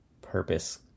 purpose